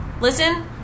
Listen